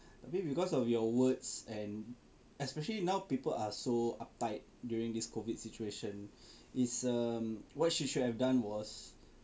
tapi because of your words and especially now people are so uptight during this COVID situation is um what she should have done was